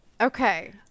Okay